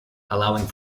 allowing